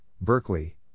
Berkeley